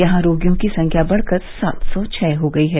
यहां रोगियों की संख्या बढ़कर सात सौ छः हो गई है